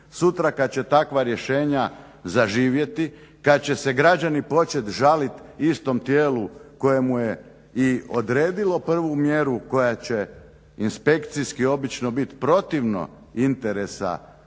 sutra kada će takva rješenja zaživjeti, kada će se građani početi žaliti istom tijelu koje mu je i odredilo prvu mjeru koja će inspekcijski obično biti protiv interesa